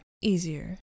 easier